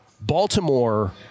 Baltimore